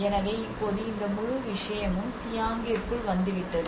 எனவே இப்போது இந்த முழு விஷயமும் சியாங்கிற்குள் வந்துவிட்டது